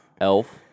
Elf